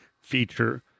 feature